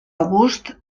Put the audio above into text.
august